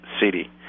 City